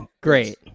Great